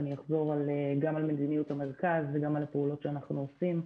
ואני אחזור גם על מדיניות המרכז וגם על הפעולות שאנחנו עושים.